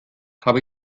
habe